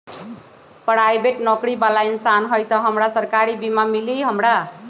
Private नौकरी बाला इंसान हई त हमरा सरकारी बीमा मिली हमरा?